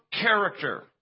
character